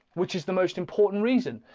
which is the most important reason.